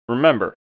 Remember